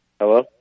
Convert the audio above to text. Hello